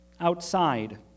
outside